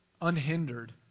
unhindered